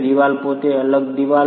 દિવાલ પોતે અલગ દિવાલો